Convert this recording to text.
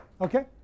Okay